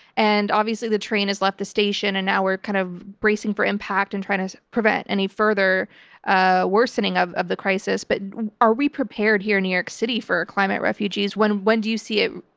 and obviously the train has left the station and now we're kind of bracing for impact and trying to prevent any further ah worsening of of the crisis, but are we prepared here new york city for climate refugees? when when do you see it?